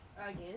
Again